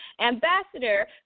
Ambassador